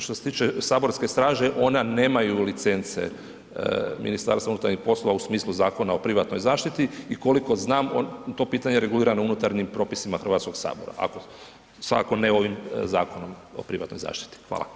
Što se tiče saborske straže, ona nemaju licence MUP-a u smislu Zakona o privatnoj zaštiti i koliko znam on, to pitanje je regulirano unutarnjim propisima Hrvatskog sabora, svakako ne ovim zakonom o privatnoj zaštiti.